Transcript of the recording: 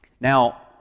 Now